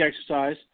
exercise